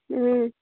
ꯎꯝ